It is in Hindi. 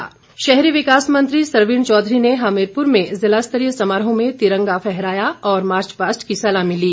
स्वतंत्रता दिवस हमीरपुर शहरी विकास मंत्री सरवीण चौधरी ने हमीरपुर में ज़िला स्तरीय समारोह में तिरंगा फहराया और मार्चपास्ट की सलामी ली